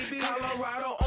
Colorado